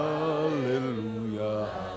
Hallelujah